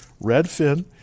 Redfin